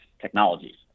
technologies